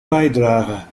bijdragen